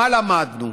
מה למדנו?